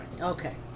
Okay